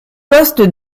poste